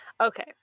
Okay